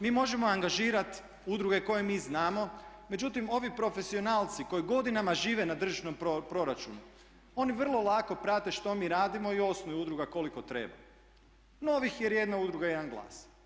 Mi možemo angažirati udruge koje mi znamo, međutim ovi profesionalci koji godinama žive na državnom proračunu oni vrlo lako prate što mi radimo i osnuju udruga koliko treba novih jer jedna udruga, jedan glas.